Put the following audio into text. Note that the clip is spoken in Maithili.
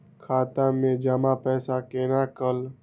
खाता मैं जमा पैसा कोना कल